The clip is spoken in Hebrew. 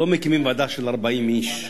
לא מקימים ועדה של 40 איש.